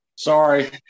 Sorry